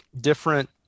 different